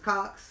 Cox